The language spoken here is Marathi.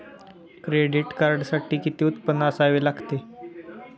क्रेडिट कार्डसाठी किती उत्पन्न असावे लागते?